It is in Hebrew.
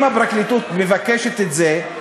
אם הפרקליטות מבקשת את זה,